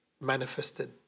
manifested